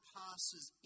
passes